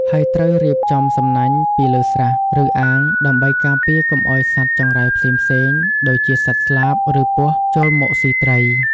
ហើយត្រូវរៀបចំសំណាញ់ពីលើស្រះ ឬអាងដើម្បីការពារកុំឲ្យសត្វចង្រៃផ្សេងៗ ដូចជាសត្វស្លាប ឬពស់ ចូលមកស៊ីត្រី។